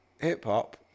hip-hop